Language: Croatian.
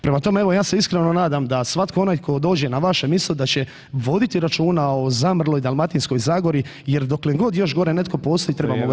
Prema tome, evo ja se iskreno nadam da svatko onaj ko dođe na vaše misto da će voditi računa o zamrloj Dalmatinskoj Zagori jer dokle god još gore netko postoji trebamo [[Upadica: Vrijeme]] ga sačuvat.